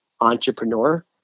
entrepreneur